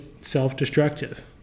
self-destructive